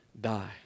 die